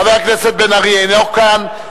חבר הכנסת בן-ארי אינו כאן,